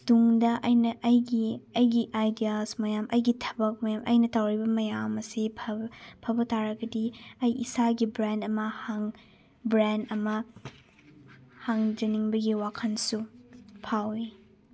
ꯇꯨꯡꯗ ꯑꯩꯅ ꯑꯩꯒꯤ ꯑꯩꯒꯤ ꯑꯥꯏꯗꯤꯌꯥꯁ ꯃꯌꯥꯝ ꯑꯩꯒꯤ ꯊꯕꯛ ꯃꯌꯥꯝ ꯑꯩꯅ ꯇꯧꯔꯤꯕ ꯃꯌꯥꯝ ꯑꯁꯤ ꯐꯕ ꯐꯕ ꯇꯥꯔꯒꯗꯤ ꯑꯩ ꯏꯁꯥꯒꯤ ꯕ꯭ꯔꯥꯟ ꯑꯃ ꯕ꯭ꯔꯥꯟ ꯑꯃ ꯍꯥꯡꯖꯅꯤꯡꯕꯒꯤ ꯋꯥꯈꯜꯁꯨ ꯐꯥꯎꯋꯤ